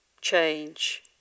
change